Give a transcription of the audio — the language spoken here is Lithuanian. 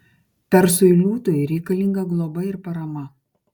persui liūtui reikalinga globa ir parama